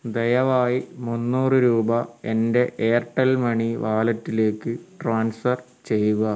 ദയവായി മുന്നൂറ് രൂപ എൻ്റെ എയർടെൽ മണി വാലറ്റിലേക്ക് ട്രാൻസ്ഫർ ചെയ്യുക